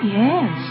yes